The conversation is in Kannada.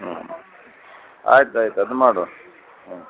ಹ್ಞೂ ಆಯ್ತು ಆಯ್ತು ಅದು ಮಾಡುವಾ ಹ್ಞೂ